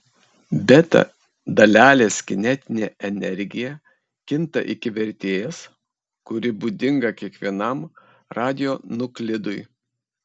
beta dalelės kinetinė energija kinta iki vertės kuri būdinga kiekvienam radionuklidui